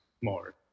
more